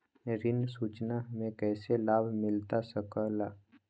ऋण सूचना हमें कैसे लाभ मिलता सके ला?